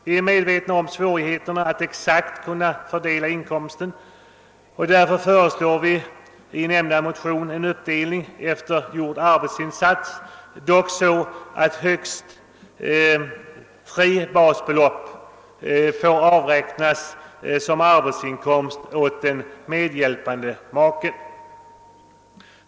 Vi är medvetna om svårigheten att exakt fördela inkomsten, och därför föreslår vi i nämnda motion en uppdelning efter fullgjord arbetsinsats, dock så att högst tre basbelopp får avräknas som arbetsinkomst åt den medhjälpande maken.